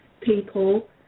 people